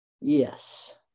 Yes